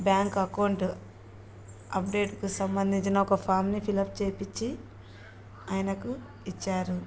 bank account అప్డేట్కు సంబంధించిన ఒక ఫామ్ని ఫిల్ అప్ చేపించి ఆయనకు ఇచ్చారు